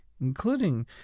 including